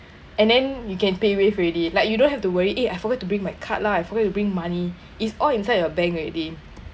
and then you can pay wave already like you don't have to worry eh I forgot to bring my card lah I forgot to bring money it's all inside your bank already